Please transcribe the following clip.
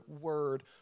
word